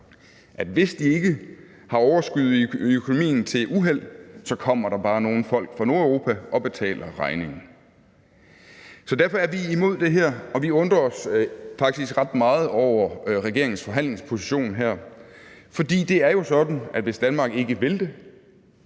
hvis de ikke har overskud i økonomien til uheld, så kommer der bare nogle folk fra Nordeuropa og betaler regningen. Derfor er vi imod det her, og vi undrer os faktisk ret meget over regeringens forhandlingsposition her. For det er jo sådan, at hvis Danmark ikke vil det,